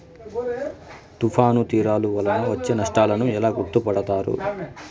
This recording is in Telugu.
తుఫాను తీరాలు వలన వచ్చే నష్టాలను ఎలా గుర్తుపడతారు?